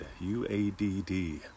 U-A-D-D